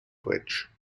bridge